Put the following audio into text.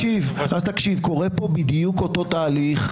קורה פה בדיוק אותו תהליך,